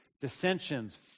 dissensions